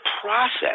process